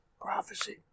prophecy